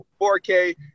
4k